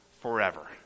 forever